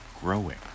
growing